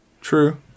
True